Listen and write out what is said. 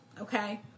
okay